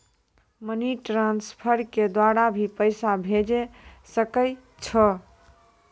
Money transfer के द्वारा भी पैसा भेजै सकै छौ?